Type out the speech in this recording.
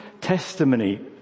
testimony